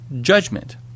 judgment